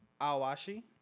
Awashi